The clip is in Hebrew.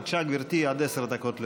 בבקשה, גברתי, עד עשר דקות לרשותך.